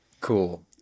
Cool